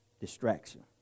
Distraction